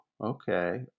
Okay